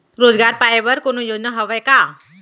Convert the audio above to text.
रोजगार पाए बर कोनो योजना हवय का?